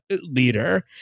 leader